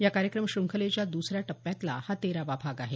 या कार्यक्रम शुंखलेच्या दसऱ्या टप्प्यातला हा तेरावा भाग आहे